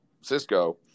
Cisco